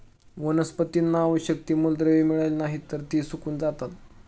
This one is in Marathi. वनस्पतींना आवश्यक ती मूलद्रव्ये मिळाली नाहीत, तर ती सुकून जातात